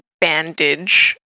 bandage